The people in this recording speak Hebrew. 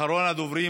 אחרון הדוברים.